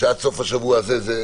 שעד סוף השבוע הזה,